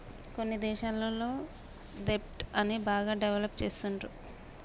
కొన్ని దేశాలల్ల దెబ్ట్ ని బాగా డెవలప్ చేస్తుండ్రు